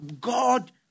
god